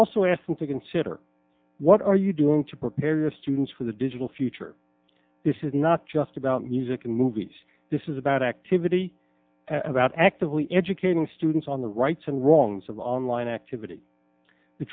also asked him to consider what are you doing to prepare your students for the digital future this is not just about music and movies this is about activity about actively educating students on the rights and wrongs of online activity the